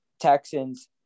Texans